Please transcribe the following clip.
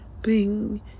bing